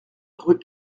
rue